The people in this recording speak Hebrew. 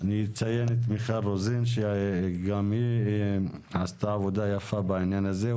אציין את מיכל רוזין שגם היא עשתה עבודה יפה בעניין הזה,